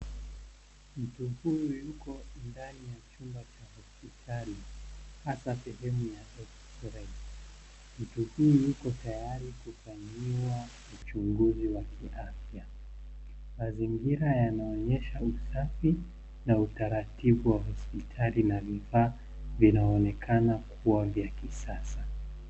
Mtu huyu yuko ndani ya chumba cha hospitali hata sehemu ya x-ray . Mtu huyu yuko tayari kufanyiwa uchunguzi wa kiafya. Mazingira yanaonyesha usafi na utaratibu wa hospitali na vifaa vinaonekana kuwa vya kisasa.